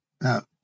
Now